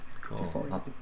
Cool